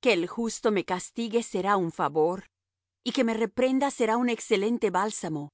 que el justo me castigue será un favor y que me reprenda será un excelente bálsamo